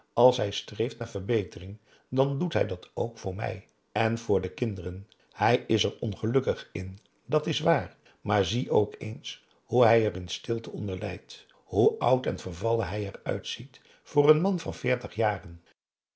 als hij streeft naar verbetering dan doet hij dat ook voor mij en voor de kinderen hij is er ongelukkig in dat is waar maar zie ook eens hoe hij er in stilte onder lijdt hoe oud en vervallen hij er uitziet voor n man van veertig jaren